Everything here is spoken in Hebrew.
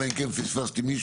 אלא אם כן פספסתי מישהו.